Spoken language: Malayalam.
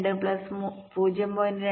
2 പ്ലസ് 0